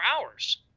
hours